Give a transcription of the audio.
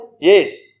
Yes